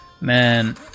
Man